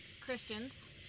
Christians